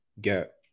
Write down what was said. get